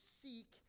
seek